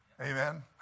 Amen